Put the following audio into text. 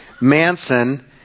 Manson